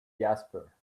jasper